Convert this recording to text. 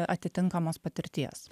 atitinkamos patirties